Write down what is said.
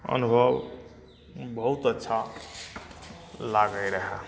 अनुभव बहुत अच्छा लागै रहए